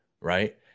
Right